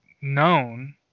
known